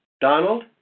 Donald